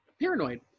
paranoid